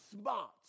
smart